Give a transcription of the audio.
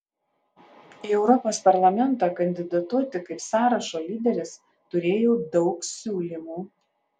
į europos parlamentą kandidatuoti kaip sąrašo lyderis turėjau daug siūlymų